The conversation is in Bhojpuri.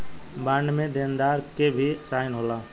बॉन्ड में देनदार के भी साइन होला